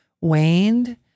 waned